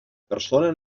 persona